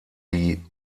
die